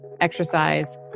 exercise